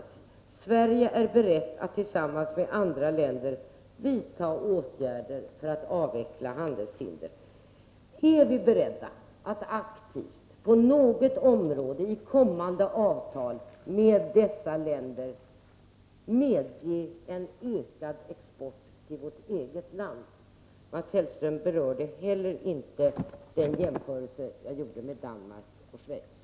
Där står det bl.a.: ”Sverige är berett att tillsammans med andra länder vidta åtgärder för att avveckla handelshinder.” Är vi beredda att på något område i kommande avtal med dessa länder aktivt medge en ökning av exporten till vårt eget land? Mats Hellström berörde inte heller min jämförelse med Danmark och Schweiz.